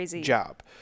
job